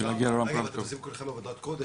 אתם עושים כולכם עבודת קודש,